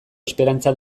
esperantza